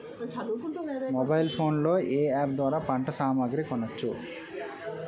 Mobile phone లో ఏ app ద్వారా పంట సామాగ్రి కొనచ్చు?